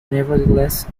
nevertheless